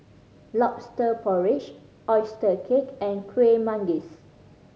Lobster Porridge oyster cake and Kueh Manggis